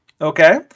okay